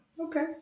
Okay